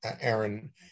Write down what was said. Aaron